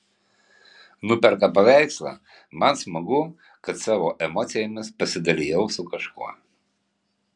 nuperka paveikslą man smagu kad savo emocijomis pasidalijau su kažkuo